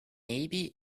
maybe